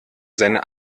seine